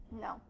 No